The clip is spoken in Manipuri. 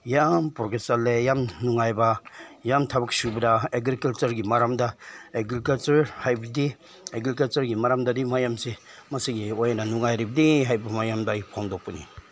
ꯌꯥꯝ ꯄ꯭ꯔꯣꯒ꯭ꯔꯦꯁ ꯆꯠꯂꯦ ꯌꯥꯝ ꯅꯨꯡꯉꯥꯏꯕ ꯌꯥꯝ ꯊꯕꯛ ꯁꯨꯕꯗ ꯑꯦꯒ꯭ꯔꯤꯀꯜꯆꯔꯒꯤ ꯃꯔꯝꯗ ꯑꯦꯒ꯭ꯔꯤꯀꯜꯆꯔ ꯍꯥꯏꯕꯗꯤ ꯑꯦꯒ꯭ꯔꯤꯀꯜꯆꯔꯒꯤ ꯃꯔꯝꯗꯗꯤ ꯃꯌꯥꯝꯁꯤ ꯃꯁꯤꯒꯤ ꯑꯣꯏꯅ ꯅꯨꯡꯉꯥꯏꯔꯤꯕꯅꯤ ꯍꯥꯏꯕ ꯃꯌꯥꯝꯗ ꯑꯩ ꯐꯣꯡꯗꯣꯛꯄꯅꯤ